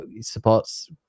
supports